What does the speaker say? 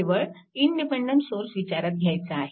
केवळ independent source विचारात घ्यायचा आहे